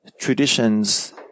traditions